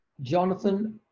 Jonathan